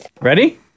Ready